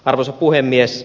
arvoisa puhemies